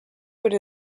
would